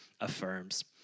affirms